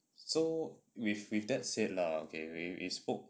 so with with that said lah okay we spoke